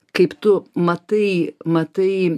kaip tu matai matai